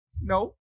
No